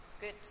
Good